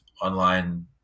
online